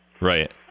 Right